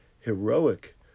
heroic